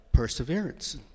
Perseverance